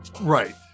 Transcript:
Right